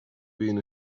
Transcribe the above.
being